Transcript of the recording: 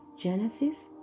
Genesis